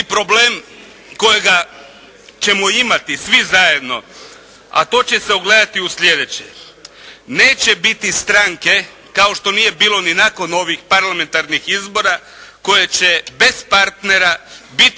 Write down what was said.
problem kojega ćemo imati svi zajedno, a to će se ogledati u sljedećem. Neće biti stranke kao što nije bilo ni nakon ovih parlamentarnih izbora koje će bez partnera biti u